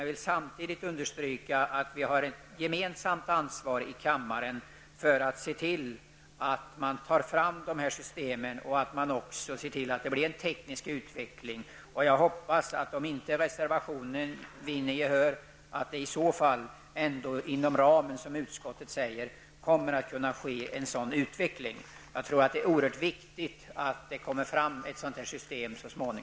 Jag vill samtidigt understryka att vi här i kammaren har ett gemensamt ansvar för att se till att dessa system tas fram och att det sker en teknisk utveckling på området. Jag hoppas att det, om inte reservationen vinner gehör, ändå i enlighet med utskottets skrivning ''inom ramen för de insatser som avsätts för teknikutveckling på transportområdet'' kommer att kunna ske en sådan utveckling. Jag tror att det är oerhört viktigt att det så småningom kommer fram ett sådant system här i landet.